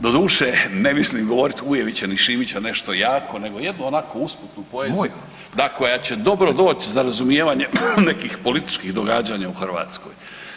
Doduše, ne mislim govoriti Ujevića ni Šimića, nešto jako, nego jednu onako usputnu poeziju, da koja će dobro doći za razumijevanje nekih političkih događanja u Hrvatskoj.